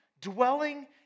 dwelling